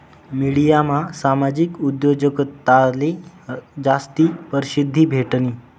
मिडियामा सामाजिक उद्योजकताले जास्ती परशिद्धी भेटनी